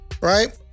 Right